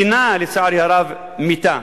דינה, לצערי הרב, מיתה.